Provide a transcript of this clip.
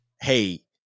hey